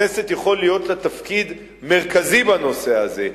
שלכנסת יכול להיות תפקיד מרכזי בנושא הזה,